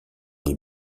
les